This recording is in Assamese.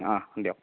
দিয়ক